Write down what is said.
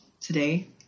today